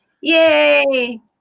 Yay